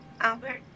Albert